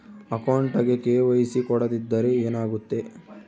ಅಕೌಂಟಗೆ ಕೆ.ವೈ.ಸಿ ಕೊಡದಿದ್ದರೆ ಏನಾಗುತ್ತೆ?